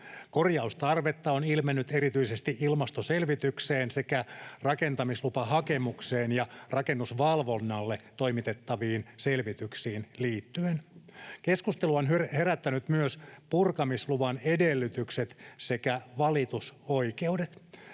Korjaustarvetta on ilmennyt erityisesti ilmastoselvitykseen sekä rakentamislupahakemukseen ja rakennusvalvonnalle toimitettaviin selvityksiin liittyen. Keskustelua ovat herättäneet myös purkamisluvan edellytykset sekä valitusoikeudet.